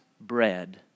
bread